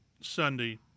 Sunday